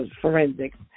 forensics